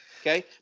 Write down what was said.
okay